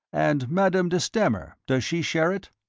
and madame de stamer, does she share it?